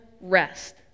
rest